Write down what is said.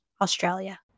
Australia